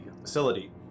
facility